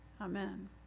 Amen